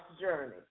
journey